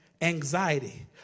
anxiety